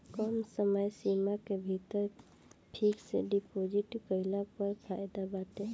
कम समय सीमा के भीतर फिक्स डिपाजिट कईला पअ फायदा बाटे